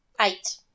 eight